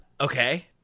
okay